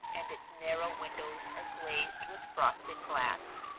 and its narrow windows are glazed with frosted glass.